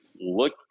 look